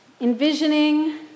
envisioning